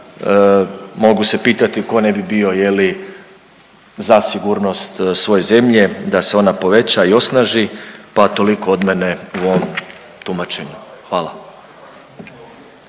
mogu se pitati tko ne bi bio za sigurnost svoje zemlje da se ona poveća i osnaži, pa toliko od mene u ovom tumačenju. Hvala.